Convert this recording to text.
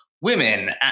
women